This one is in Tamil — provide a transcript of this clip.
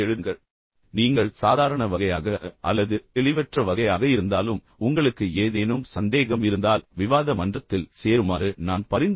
இப்போது அடுத்த கட்டமாக நீங்கள் சாதாரண வகையாக இருந்தாலும் அல்லது தெளிவற்ற வகையாக இருந்தாலும் உங்களுக்கு ஏதேனும் சந்தேகம் இருந்தால் விவாத மன்றத்தில் சேருமாறு நான் பரிந்துரைக்கிறேன்